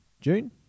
June